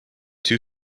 two